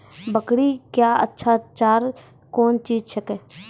बकरी क्या अच्छा चार कौन चीज छै के?